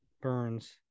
Burns